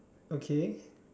okay